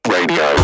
Radio